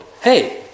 Hey